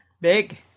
big